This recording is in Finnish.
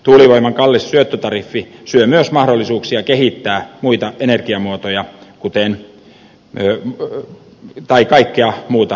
tuulivoiman kallis syöttötariffi syö myös mahdollisuuksia kehittää kaikkea muuta bioenergiaa